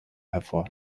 hervor